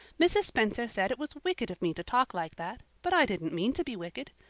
mrs. spencer said it was wicked of me to talk like that, but i didn't mean to be wicked.